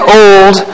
old